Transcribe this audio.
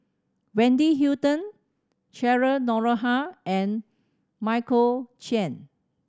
Wendy Hutton Cheryl Noronha and Michael Chiang